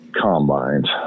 combines